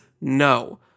no